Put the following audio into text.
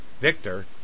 Victor